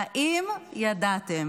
האם ידעתם